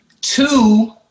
Two